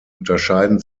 unterscheiden